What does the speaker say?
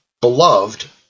beloved